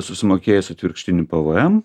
susimokėjęs atvirkštinį pvm